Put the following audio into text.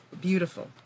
beautiful